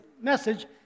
message